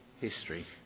history